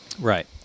Right